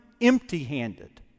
empty-handed